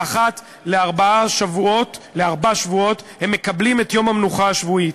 ואחת לארבעה שבועות הם מקבלים את יום המנוחה השבועי.